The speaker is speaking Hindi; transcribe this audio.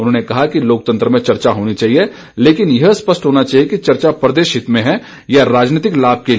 उन्होंने कहा कि लोकतंत्र में चर्चा होनी चाहिए लेकिन यह स्पष्ट होना चाहिए कि चर्चा प्रदेश हित में है या राजनीतिक लाभ के लिए